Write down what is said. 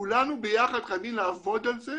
כולנו ביחד חייבים לעבוד על זה